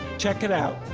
check it out.